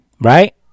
right